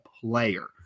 player